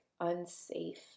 unsafe